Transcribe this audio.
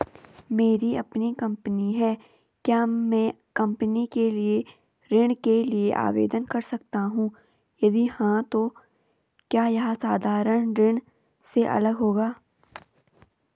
मेरी अपनी कंपनी है क्या मैं कंपनी के लिए ऋण के लिए आवेदन कर सकता हूँ यदि हाँ तो क्या यह साधारण ऋण से अलग होगा?